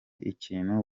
ikintu